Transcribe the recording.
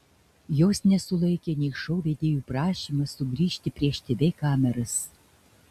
jos nesulaikė nei šou vedėjų prašymas sugrįžti prieš tv kameras